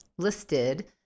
listed